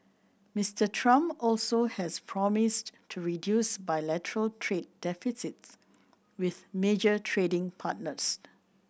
Mister Trump also has promised to reduce bilateral trade deficits with major trading partners